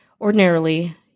Ordinarily